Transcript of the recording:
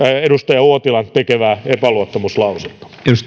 edustaja uotilan tekemää epäluottamuslausetta